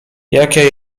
jakie